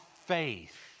faith